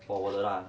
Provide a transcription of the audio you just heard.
for 我的 lah